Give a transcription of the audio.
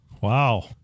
Wow